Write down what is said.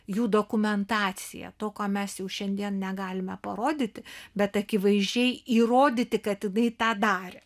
jų dokumentacija to ko mes jau šiandien negalime parodyti bet akivaizdžiai įrodyti kad jinai tą darė